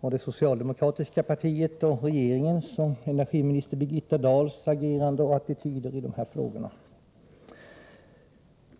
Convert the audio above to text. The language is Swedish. på det socialdemokratiska partiets, regeringens och energiminister Birgitta Dahls agerande och attityder i dessa frågor.